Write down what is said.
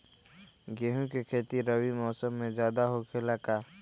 गेंहू के खेती रबी मौसम में ज्यादा होखेला का?